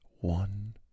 One